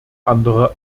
andere